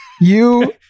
you-